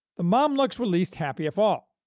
the mamluks were least happy of all,